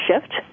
shift